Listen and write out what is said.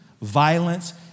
violence